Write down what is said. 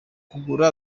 kugura